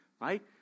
Right